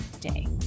day